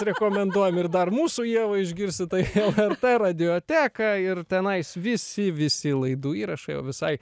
rekomenduojam ir dar mūsų ievą išgirsit tai lrt radioteka ir tenais visi visi laidų įrašai o visai